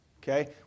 okay